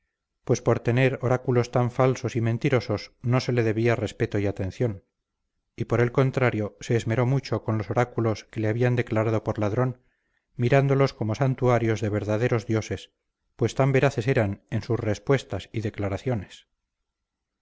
pues por tener oráculos tan falsos y mentirosos no se le debía respeto y atención y por el contrario se esmeró mucho con los oráculos que le habían declarado por ladrón mirándolos como santuarios de verdaderos dioses pues tan veraces eran en sus respuestas y declaraciones